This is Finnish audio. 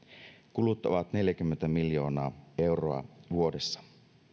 kulut ovat neljäkymmentä miljoonaa euroa vuodessa